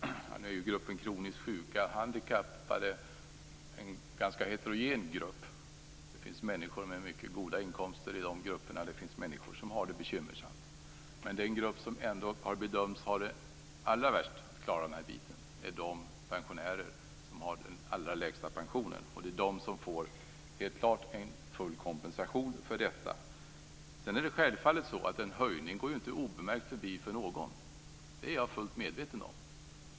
Fru talman! Nu är ju gruppen kroniskt sjuka och handikappade en ganska heterogen grupp. Det finns människor med mycket goda inkomster i denna grupp och det finns människor som har det bekymmersamt. Men den grupp som ändå har bedömts ha det allra svårast att klara kostnaderna är de pensionärer som har den allra lägsta pensionen, och de får helt klart en full kompensation för detta. Självfallet går ju inte en höjning obemärkt förbi för någon, och det är jag fullt medveten om.